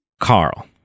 Carl